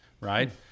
Right